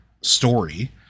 story